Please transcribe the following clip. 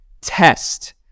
test